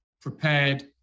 prepared